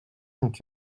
cinq